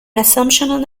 assumption